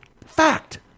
fact